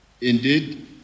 indeed